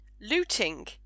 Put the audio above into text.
looting